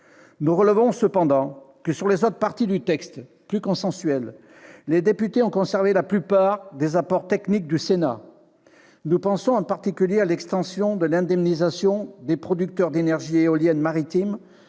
Nous relevons cependant que, sur les autres parties du texte, plus consensuelles, les députés ont conservé la plupart des apports techniques du Sénat. Nous pensons en particulier à l'extension de l'indemnisation des producteurs d'énergie éolienne maritime